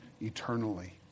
eternally